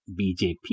BJP